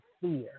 fear